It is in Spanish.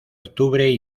octubre